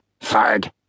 Fag